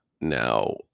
Now